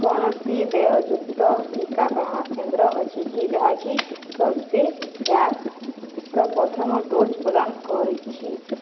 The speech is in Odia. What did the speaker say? କୌଣସି ଦେୟଯୁକ୍ତ ଟିକାକରଣ କେନ୍ଦ୍ର ଅଛି କି ଯାହାକି କର୍ବେଭ୍ୟାକ୍ସ୍ ପ୍ରଥମ ଡୋଜ୍ ପ୍ରଦାନ କରୁଛି